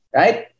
right